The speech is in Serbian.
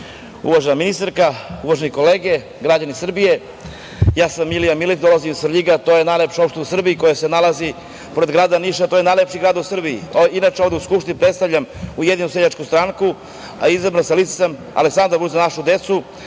ministarka, uvažene kolege, građani Srbije, ja sam Milija Miletić, dolazim iz Svrljiga, to je najlepša opština u Srbiji koja se nalazi pored grada Niša, a to je najlepši grad u Srbiji. Inače, ovde u Skupštini predstavljam Ujedinjenu seljačku stranku, a izabran sam sa liste Aleksandar Vučić – Za našu decu,